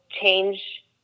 change